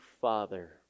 Father